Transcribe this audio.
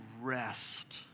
rest